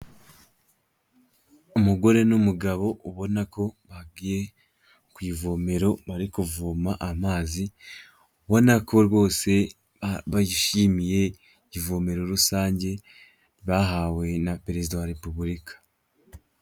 Umugore n'umugabo ubona ko bagiye ku ivomero bari kuvoma amazi, ubona ko bose bishimiye ivomero rusange bahawe na Perezida wa Repubulika.